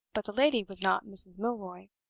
but the lady was not mrs. milroy.